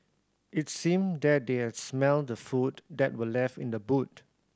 it seemed that they had smelt the food that were left in the boot